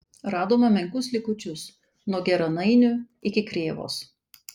radome menkus likučius nuo geranainių iki krėvos